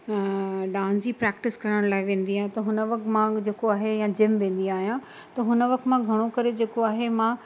dance जी practice करण लाइ वेंदी आहियां त हुन वक़्ति मां जेको आहे या जिम वेंदी आहियां त हुन वक़्ति मां घणो करे जेको आहे मां